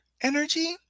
energy